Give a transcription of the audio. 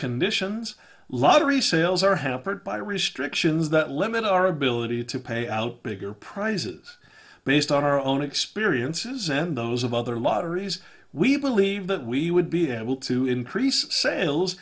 conditions lottery sales are hampered by restrictions that limit our ability to pay out bigger prizes based on our own experiences and those of other lotteries we believe that we would be able to increase sales